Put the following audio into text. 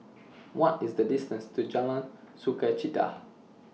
What IS The distance to Jalan Sukachita